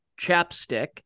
chapstick